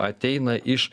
ateina iš